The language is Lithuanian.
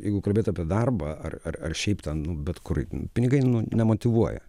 jeigu kalbėt apie darbą ar ar šiaip ten nu bet kur pinigai nemotyvuoja